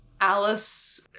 Alice